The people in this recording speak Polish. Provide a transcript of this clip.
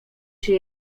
się